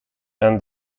and